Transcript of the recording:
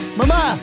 mama